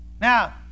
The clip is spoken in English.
Now